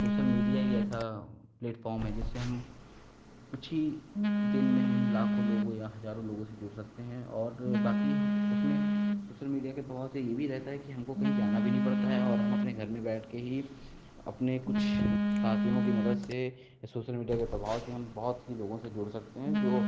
social media ही ऐसा platform है जिससे हम कुछ ही दिन में हम लाखों लोगों या हजारों लोगों से जुड़ सकते हैं और बाकी हम उसमें सोशल मीडिया के प्रभाव से ये भी रहता है कि हमको कहीं जाना भी नहीं पड़ता है और हम अपने घर में बैठ के ही अपने कुछ साथियों की मदद से या सोसल मीडिया के प्रभाव से हम बहुत ही लोगों से जुड़ सकते हैं जो